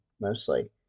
mostly